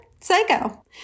psycho